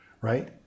right